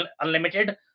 Unlimited